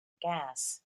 gas